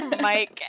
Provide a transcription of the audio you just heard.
Mike